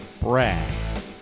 Brad